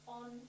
on